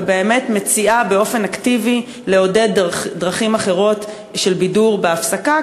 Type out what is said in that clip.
ובאמת מציעה באופן אקטיבי לעודד דרכים אחרות של בידור בהפסקה,